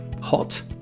Hot